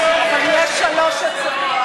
אבל יש שלוש הצעות,